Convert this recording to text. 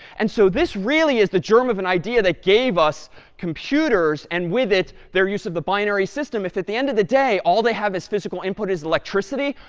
and so this really is the germ of an idea that gave us computers and with it, their use of the binary system. if, at the end of the day, all they have is physical input as electricity,